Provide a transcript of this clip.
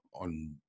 on